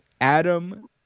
Adam